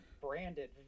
branded